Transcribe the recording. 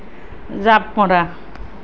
জাঁপ মৰা